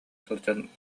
сылдьан